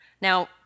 Now